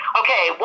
okay